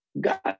God